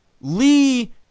Lee